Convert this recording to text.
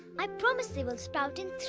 i promise they will sprout in